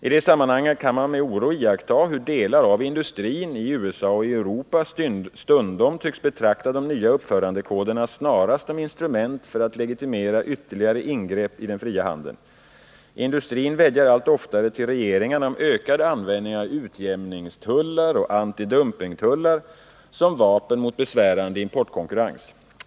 I det sammanhanget kan man med oro iaktta hur delar av industrin i USA och i Europa stundom tycks betrakta de nya uppförandekoderna snarast som instrument för att legitimera ytterligare ingrepp i den fria handeln. Industrin vädjar allt oftare till regeringarna om ökad användning av utjämningstullar och antidumpingtullar som vapen mot besvärande importkonkurrens.